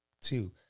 two